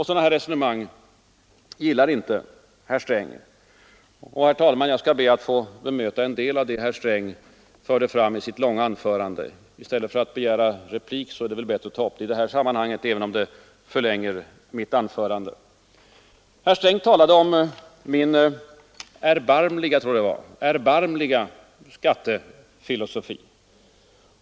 Sådana här resonemang gillar inte herr Sträng. Jag skall, herr talman, be att få bemöta en del av det herr Sträng förde fram i sitt långa anförande. Det är väl bättre att jag gör det nu än att jag begär replik, även om det förlänger mitt anförande. Herr Sträng talade om min erbarmliga — jag tror att det var det ordet han använde =— skattefilosofi.